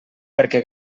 perquè